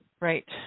Right